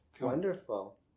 Wonderful